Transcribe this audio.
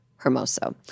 Hermoso